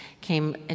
came